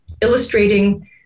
illustrating